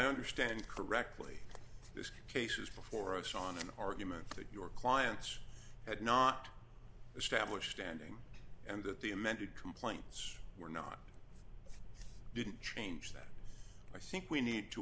understand correctly this case is before us on an argument that your clients had not established ending and that the amended complaints were not didn't change that i think we need to